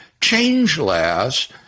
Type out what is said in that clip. changeless